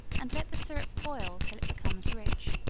and let the syrup boil till it becomes rich.